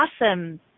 awesome